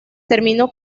terminó